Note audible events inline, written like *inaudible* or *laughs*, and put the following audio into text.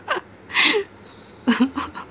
*laughs*